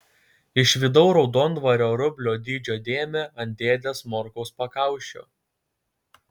išvydau raudonvario rublio dydžio dėmę ant dėdės morkaus pakaušio